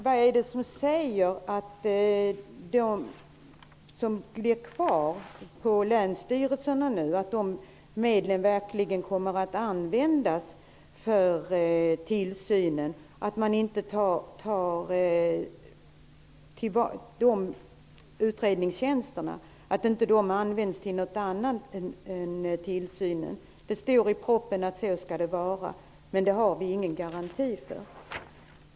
Vad är det som säger att de utredningstjänster som blir kvar på länsstyrelserna verkligen kommer att användas för tillsynen och inte används till något annat? Det står i propositionen att det skall vara så, men det har vi ingen garanti för.